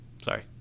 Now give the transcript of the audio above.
Sorry